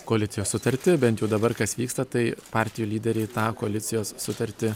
koalicijos sutartį bent jau dabar kas vyksta tai partijų lyderiai tą koalicijos sutartį